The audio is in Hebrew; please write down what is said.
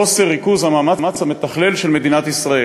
חוסר ריכוז המאמץ המתכלל של מדינת ישראל.